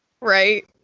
Right